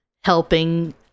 helping